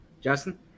Justin